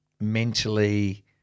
mentally